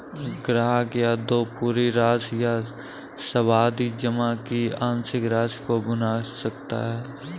ग्राहक या तो पूरी राशि या सावधि जमा की आंशिक राशि को भुना सकता है